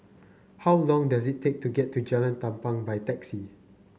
how long does it take to get to Jalan Tampang by taxi